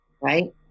right